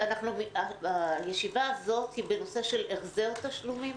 הישיבה הזאת היא בנושא החזר תשלומים?